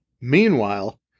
Meanwhile